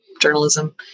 journalism